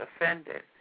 offended